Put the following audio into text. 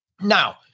Now